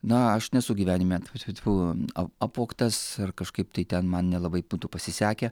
na aš nesu gyvenime tfu tfu tfu ap apvogtas ar kažkaip tai ten man nelabai būtų pasisekę